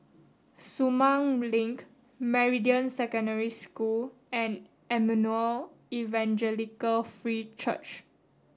Sumang Link Meridian Secondary School and Emmanuel Evangelical Free Church